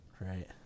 right